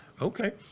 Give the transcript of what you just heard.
Okay